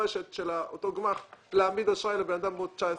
מפורשת של אותו גמ"ח להעמיד אשראי לבן אדם בעוד 19 שנים.